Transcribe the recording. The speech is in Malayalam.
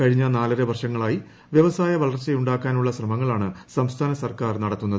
കഴിഞ്ഞ നാലര വർഷങ്ങളായി വ്യവസായ വളർച്ചയുണ്ടാക്കാനുള്ള ശ്രമങ്ങളാണ് സംസ്ഥാന സർക്കാർ നടത്തുന്നത്